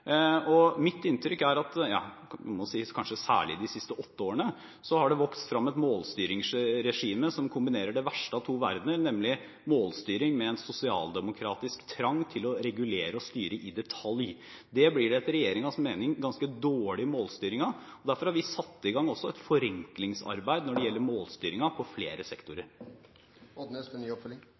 Mitt inntrykk er at det har – kanskje særlig de siste åtte årene – vokst frem et målstyringsregime som kombinerer det verste av to verdener, nemlig målstyring og en sosialdemokratisk trang til å regulere og styre i detalj. Det blir det etter regjeringens mening en ganske dårlig målstyring av, og derfor har vi satt i gang et forenklingsarbeid innen flere sektorer når det gjelder